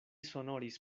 sonoris